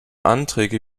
anträge